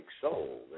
soul